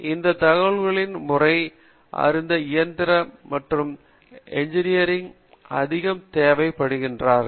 இங்க தகவல்களின் முறை அறிந்த இயந்திர கற்றல் என்ஜினீர்ஸ் அதிகம் தேவை படுகிறார்கள்